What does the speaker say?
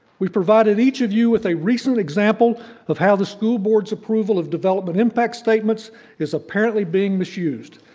we provided each of you with a recent example of how the school board's approval of development impact statements is apparently being misused.